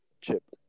Chip